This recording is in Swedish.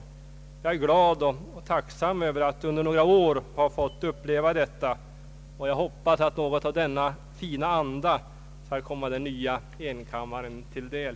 Jag är glad och tacksam över att under några år ha fått uppleva detta, och jag hoppas att något av denna fina anda skall komma den nya enkammaren till del.